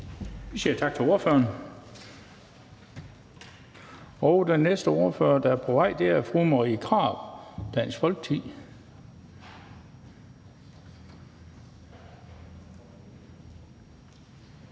Vi siger tak til ordføreren. Den næste ordfører, der er på vej, er fru Marie Krarup, Dansk Folkeparti.